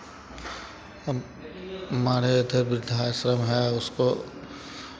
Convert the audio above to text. हम मारे अठे वृद्धाश्रम है उसको